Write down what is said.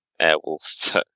Airwolf